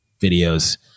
videos